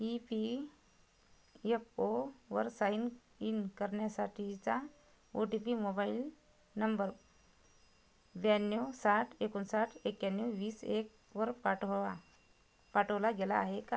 E P F over sign in करण्यासाठीचा O T P mobile number ब्याण्णव साठ एकोणसाठ एक्क्याण्णव वीस एकवर पाठवावा पाठवला गेला आहे का